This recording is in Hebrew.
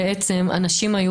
אנשים היו